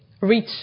reach